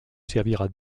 servira